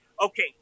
Okay